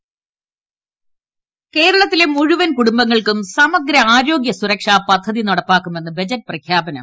budget ആരോഗ്യം കേരളത്തിലെ മുഴുവൻ കുടുംബങ്ങൾക്കും സമഗ്ര ആരോഗ്യ സുരക്ഷാ പദ്ധതി നടപ്പാക്കുമെന്ന് ബജറ്റ് പ്രഖ്യാപനം